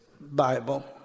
Bible